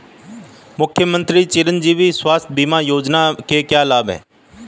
मुख्यमंत्री चिरंजी स्वास्थ्य बीमा योजना के क्या लाभ हैं?